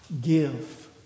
Give